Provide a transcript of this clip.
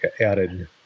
added